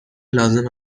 لازم